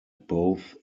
both